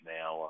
now